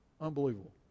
unbelievable